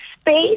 space